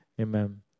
amen